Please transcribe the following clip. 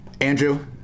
Andrew